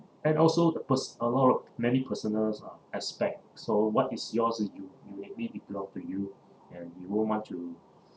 and also the pers~ a lot of many personals uh aspect so what is yours you maybe it belong for you and you won't want to